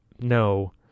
no